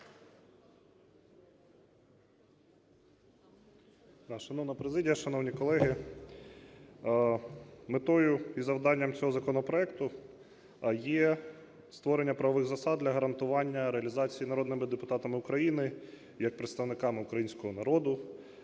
Шановна президія, шановні колеги, метою і завданням цього законопроекту є створення правових засад для гарантування реалізації народними депутатами України, як представниками українського народу,